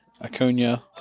Acuna